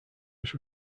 was